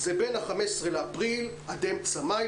בין ה-15.4 עד אמצע מאי.